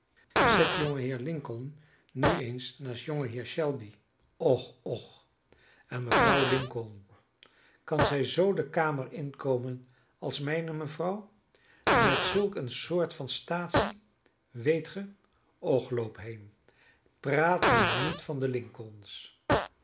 zet jongeheer lincoln nu eens naast jongeheer shelby och och en mevrouw lincoln kan zij zoo de kamer inkomen als mijne mevrouw met zulk eene soort van staatsie weet ge och loop heen praat me niet van de lincolns